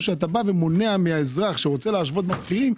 שאתה בא ומונע מהאזרח שרוצה להשוות את המחירים,